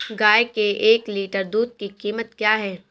गाय के एक लीटर दूध की कीमत क्या है?